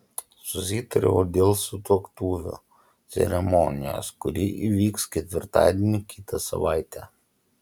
susitariau dėl sutuoktuvių ceremonijos kuri įvyks ketvirtadienį kitą savaitę